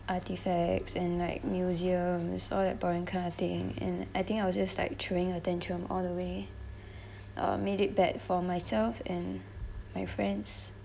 artifacts and like museums all that boring kind of thing and I think I was just like throwing a tantrum all the way uh made it bad for myself and my friends